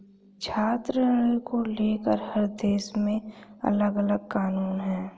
छात्र ऋण को लेकर हर देश में अलगअलग कानून है